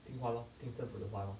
听话 lor 听政府的话 lor